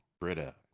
Britta